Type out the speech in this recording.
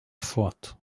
foto